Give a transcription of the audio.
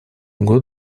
год